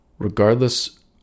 Regardless